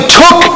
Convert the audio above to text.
took